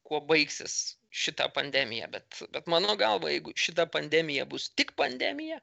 kuo baigsis šita pandemija bet bet mano galva jeigu šita pandemija bus tik pandemija